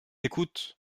écoutent